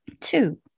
Two